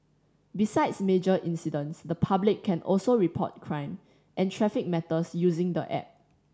besides major incidents the public can also report crime and traffic matters using the app